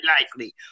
likely